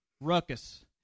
ruckus